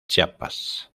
chiapas